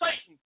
Satan